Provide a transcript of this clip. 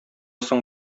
соң